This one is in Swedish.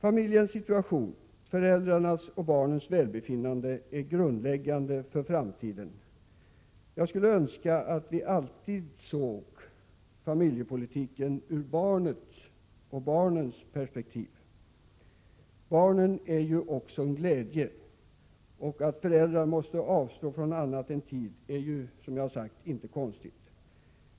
Familjens situation, föräldrarnas och barnens välbefinnande är grundläggande för framtiden. Jag skulle önska att vi alltid såg familjepolitiken ur barnens perspektiv. Barnen är ju också en glädje — och att föräldrar måste avstå från annat än tid är, som jag har sagt, inget konstigt.